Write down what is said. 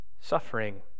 suffering